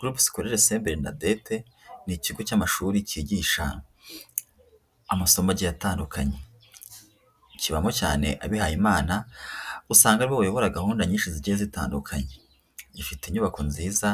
Group Scolaire Sainte Bernadette ni ikigo cy'amashuri kigisha amasomo agiye atandukanye. Kibamo cyane abihaye Imana, usanga ari bo bayobora gahunda nyinshi zigiye zitandukanye. Gifite inyubako nziza